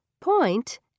point